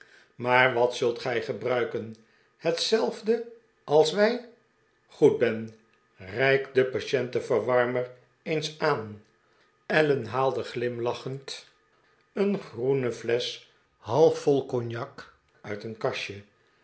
maar wat zult gij gebruiken hetzelfde als wij goed ben reik den patentmaagverwarmer eens aan allen haalde glimlachend een groene flesch half vol cognac uit een kastje